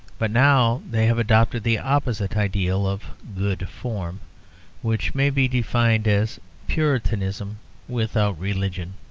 but now they have adopted the opposite ideal of good form which may be defined as puritanism without religion.